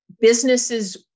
businesses